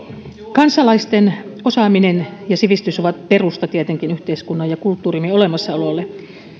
kansalaisten osaaminen ja sivistys ovat tietenkin perusta yhteiskunnan ja kulttuurimme olemassaololle